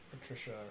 Patricia